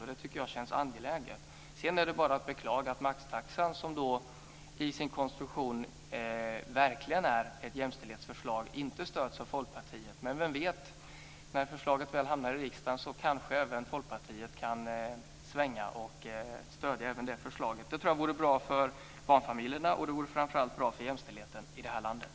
Och det tycker jag känns angeläget. Sedan är det bara att beklaga att maxtaxan som i sin konstruktion verkligen är ett jämställdhetsförslag inte stöds av Folkpartiet. Men vem vet, när förslaget väl hamnar i riksdagen så kanske även Folkpartiet kan svänga och stödja även det förslaget. Det tror jag vore bra för barnfamiljerna, och det vore framför allt bra för jämställdheten i det här landet.